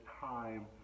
time